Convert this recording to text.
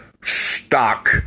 stock